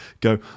go